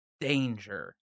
danger